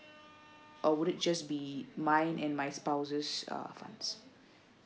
or would it just be mine and my spouse's uh